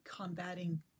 combating